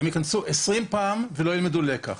20 פעמים והם לא ילמדו לקח.